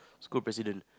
school president